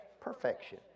Perfection